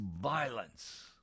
violence